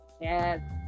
Yes